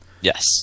Yes